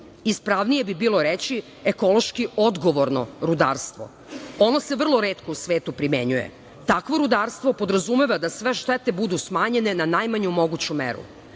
Ispravnije bi bilo reći – ekološki odgovorno rudarstvo. Ono se vrlo retko u svetu primenjuje. Takvo rudarstvo podrazumeva da sve štete budu smanjene na najmanju moguću meru.